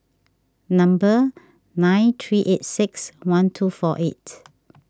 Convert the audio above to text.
number nine three eight six one two four eight